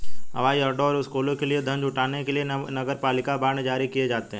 हवाई अड्डों और स्कूलों के लिए धन जुटाने के लिए नगरपालिका बांड जारी किए जाते हैं